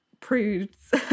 prudes